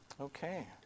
okay